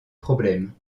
problème